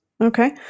Okay